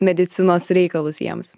medicinos reikalus jiems